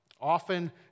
often